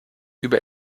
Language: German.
über